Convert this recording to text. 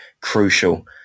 crucial